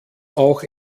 auch